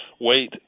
wait